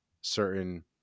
certain